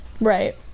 Right